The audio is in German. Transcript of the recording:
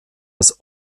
als